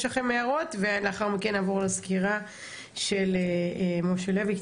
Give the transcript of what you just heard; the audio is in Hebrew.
לכם הערות ולאחר מכן נעבור לסקירה של משה לוי,